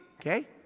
okay